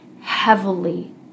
heavily